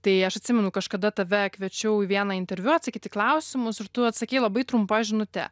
tai aš atsimenu kažkada tave kviečiau į vieną interviu atsakyt į klausimus ir tu atsakei labai trumpa žinute